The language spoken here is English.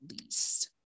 least